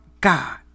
God